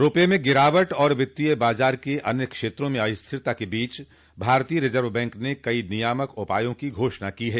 रुपये में गिरावट और वित्तीय बाजार के अन्य क्षेत्रों में अस्थिरता के बीच भारतीय रिजर्व बैंक ने कई नियामक उपायों की घोषणा की है